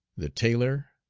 the tailor,